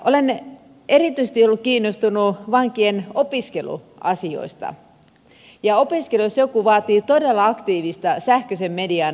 olen erityisesti ollut kiinnostunut vankien opiskeluasioista ja opiskelu jos joku vaatii todella aktiivista sähköisen median käyttämistä